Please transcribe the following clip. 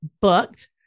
booked